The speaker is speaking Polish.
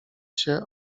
się